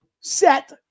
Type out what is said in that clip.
set